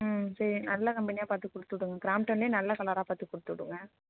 ம் சரி நல்ல கம்பெனியாக பார்த்து கொடுத்து விடுங்கள் கிராம்ப்டன்லே நல்ல கலராக பார்த்து கொடுத்து விடுங்கள்